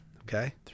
Okay